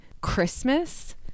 Christmas